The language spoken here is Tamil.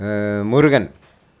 முருகன்